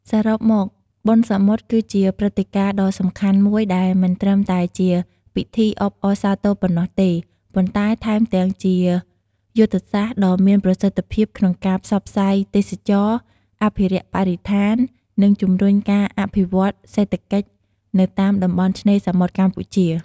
សរុបមក បុណ្យសមុទ្រគឺជាព្រឹត្តិការណ៍ដ៏សំខាន់មួយដែលមិនត្រឹមតែជាពិធីអបអរសាទរប៉ុណ្ណោះទេ ប៉ុន្តែថែមទាំងជាយុទ្ធសាស្ត្រដ៏មានប្រសិទ្ធភាពក្នុងការផ្សព្វផ្សាយទេសចរណ៍ អភិរក្សបរិស្ថាន និងជំរុញការអភិវឌ្ឍន៍សេដ្ឋកិច្ចនៅតាមតំបន់ឆ្នេរសមុទ្រកម្ពុជា។